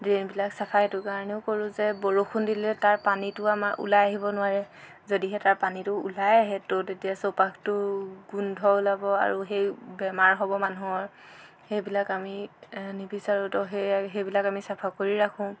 ড্ৰে'নবিলাক চফা এইটো কাৰণেও কৰো যে বৰষুণ দিলে তাৰ পানীটো আমাৰ ওলাই আহিব নোৱাৰে যদিহে তাৰ পানীটো ওলাই আহে ত' তেতিয়া চৌপাশটো গোন্ধ ওলাব আৰু সেই বেমাৰ হ'ব মানুহৰ সেইবিলাক আমি নিবিচাৰো ত' সেই সেইবিলাক আমি চফা কৰি ৰাখোঁ